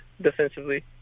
defensively